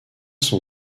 son